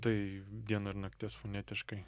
tai diena ir naktis fonetiškai